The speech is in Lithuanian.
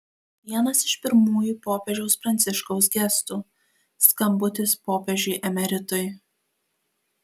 vienas iš pirmųjų popiežiaus pranciškaus gestų skambutis popiežiui emeritui